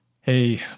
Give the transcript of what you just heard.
hey